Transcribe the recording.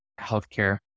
healthcare